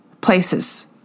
places